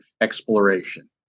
exploration